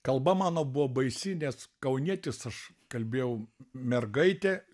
kalba mano buvo baisi nes kaunietis aš kalbėjau mergaitė